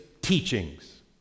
teachings